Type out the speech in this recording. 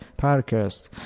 podcast